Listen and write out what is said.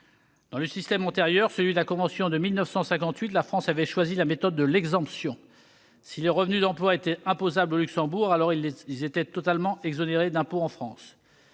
Dans le système antérieur, celui de la convention de 1958, la France avait choisi la méthode de l'exemption : si les revenus d'emploi étaient imposables au Luxembourg, alors ils étaient totalement exonérés d'impôt en France.